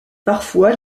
parfois